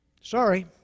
Sorry